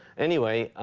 anyway,